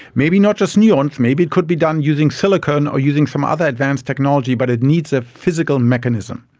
maybe not just neurons, maybe it could be done using silicon or using some other advanced technology, but it needs a physical mechanism.